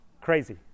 Crazy